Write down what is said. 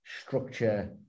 structure